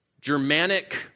Germanic